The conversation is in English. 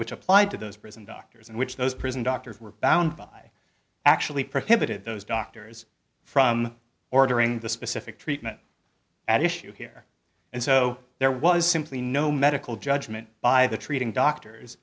which applied to those prison doctors and which those prison doctors were bound by actually prohibited those doctors from ordering the specific treatment at issue here and so there was simply no medical judgment by the treating doctors